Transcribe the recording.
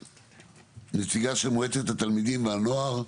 נציגה של מועצת התלמידים והנוער,